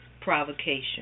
provocation